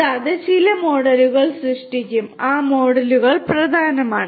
കൂടാതെ ആ മോഡലുകൾ പ്രധാനമാണ്